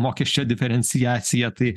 mokesčio diferenciacija tai